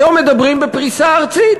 היום מדברים בפריסה ארצית.